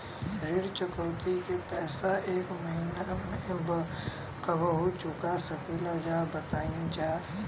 ऋण चुकौती के पैसा एक महिना मे कबहू चुका सकीला जा बताईन जा?